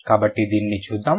కాబట్టి దీనిని చూద్దాం